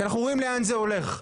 כי אנחנו רואים לאן זה הולך,